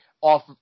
off